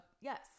Yes